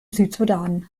südsudan